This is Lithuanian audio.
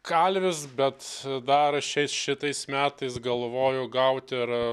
kalvis bet dar šiais šitais metais galvoju gaut ir